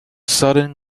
sudden